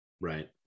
Right